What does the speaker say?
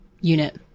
unit